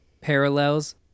parallels